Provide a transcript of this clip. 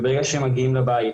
וברגע שהם מגיעים לבית,